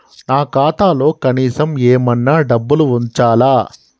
నా ఖాతాలో కనీసం ఏమన్నా డబ్బులు ఉంచాలా?